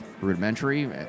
rudimentary